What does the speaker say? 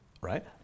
right